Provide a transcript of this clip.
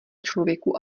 člověku